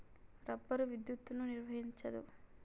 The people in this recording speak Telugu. రబ్బరు విద్యుత్తును నిర్వహించదు